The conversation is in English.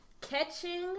catching